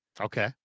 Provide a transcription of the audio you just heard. Okay